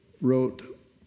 wrote